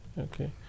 okay